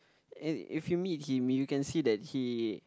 and if you meet him you can see that he